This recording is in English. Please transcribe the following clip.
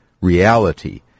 reality